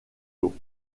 tôt